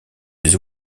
des